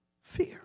fear